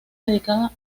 dedicada